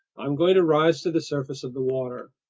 i'm going to rise to the surface of the water.